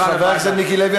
חבר הכנסת מיקי לוי,